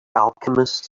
alchemist